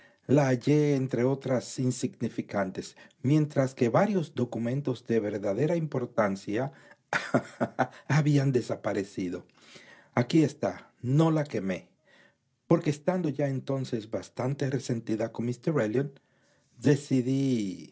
la hallé entre otras insignificantes mientras que varios documentos de verdadera importancia habían desaparecido aquí está no la quemé porque estando ya entonces bastante resentida con